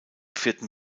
vierten